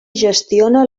gestiona